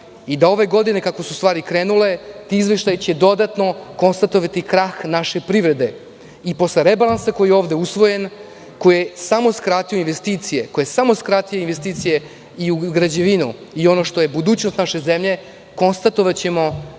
i da će ove godine, kako su stvari krenule, ti izveštaji dodatno konstatovati krah naše privrede i posle rebalansa koji je ovde usvojen, koji je samo skratio investicije i u građevinu i u ono što je budućnost naše zemlje, konstatovaćemo da ti